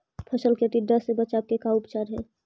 फ़सल के टिड्डा से बचाव के का उपचार है?